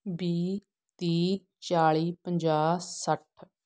ਵੀਹ ਤੀਹ ਚਾਲ੍ਹੀ ਪੰਜਾਹ ਸੱਠ